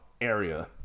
area